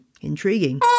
intriguing